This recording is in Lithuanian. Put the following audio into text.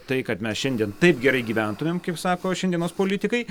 tai kad mes šiandien taip gerai gyventumėme kaip sako šiandienos politikai